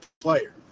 player